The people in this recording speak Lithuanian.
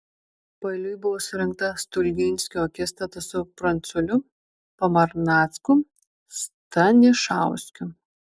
paeiliui buvo surengta stulginskio akistata su pranculiu pamarnacku stanišauskiu